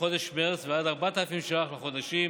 לחודש מרץ ועד 4,000 ש"ח לחודשים